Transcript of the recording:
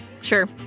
Sure